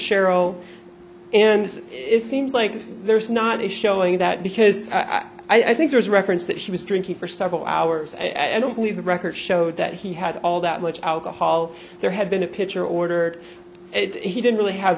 cheryl and it seems like there's not a showing that because i think there is a reference that she was drinking for several hours and i don't believe the record showed that he had all that much alcohol there had been a pitcher order he didn't really have